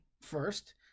first